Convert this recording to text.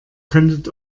könntet